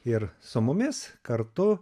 ir su mumis kartu